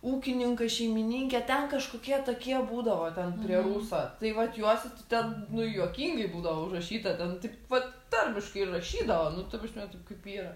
ūkininkas šeimininkė ten kažkokie tokie būdavo ten prie ruso tai vat juos ten nu juokingai būdavo užrašyta ten taip vat tarmiškai ir rašydavo nu ta prasme taip kaip yra